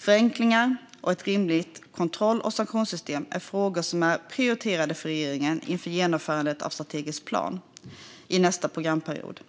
Förenklingar och ett rimligt kontroll och sanktionssystem är frågor som är prioriterade för regeringen inför genomförandet av den strategiska planen i nästa programperiod.